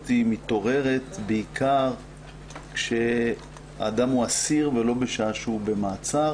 מתעוררת בעיקר כשהאדם הוא אסיר ולא בשעה שהוא במעצר.